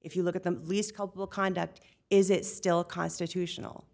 if you look at the least culpable conduct is it still constitutional